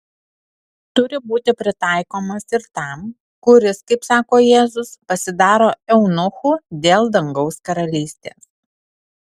turi būti pritaikomas ir tam kuris kaip sako jėzus pasidaro eunuchu dėl dangaus karalystės